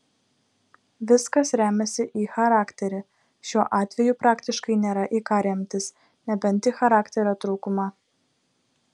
viskas remiasi į charakterį šiuo atveju praktiškai nėra į ką remtis nebent į charakterio trūkumą